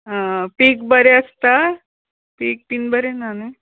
आं पीक बरें आसता पीक बीन बरें ना न्हू